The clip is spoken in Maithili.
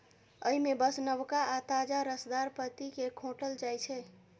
अय मे बस नवका आ ताजा रसदार पत्ती कें खोंटल जाइ छै